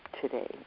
today